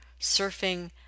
surfing